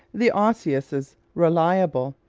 the osseous is reliable.